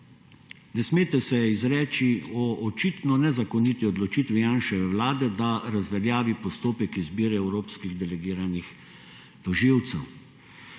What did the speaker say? Ne smete se izreči o očitno nezakoniti odločitvi Janševe vlade, da razveljavi postopek izbire evropskih delegiranih tožilcev.